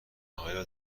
آیا